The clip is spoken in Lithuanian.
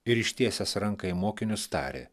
ir ištiesęs ranką į mokinius tarė